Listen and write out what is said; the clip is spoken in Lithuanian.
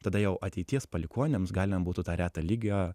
tada jau ateities palikuonims galima būtų tą retą ligą